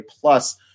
plus